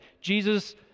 Jesus